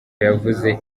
yavuze